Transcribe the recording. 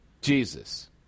Jesus